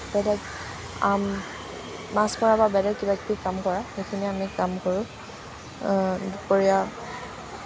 বেলেগ আন মাছ মৰা বা বেলেগ কিবাকিবি কাম কৰা সেইখিনি আমি কাম কৰোঁ দুপৰীয়া